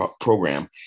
program